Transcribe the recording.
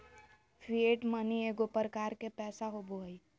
fiat money एगो प्रकार के पैसा होबो हइ